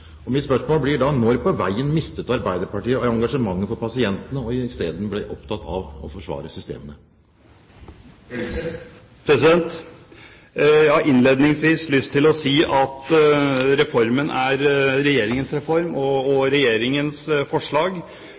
pasientene. Mitt spørsmål blir da: Når på veien mistet Arbeiderpartiet engasjementet for pasientene og isteden ble opptatt av å forsvare systemene? Jeg har innledningsvis lyst til å si at reformen er Regjeringens reform og Regjeringens forslag.